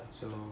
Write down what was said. can lah can lah